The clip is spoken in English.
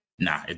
Nah